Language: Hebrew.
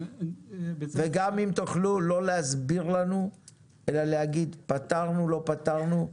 וגם אם תוכלו לא להסביר לנו אלא להגיד פתרנו/ לא פתרנו,